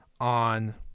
on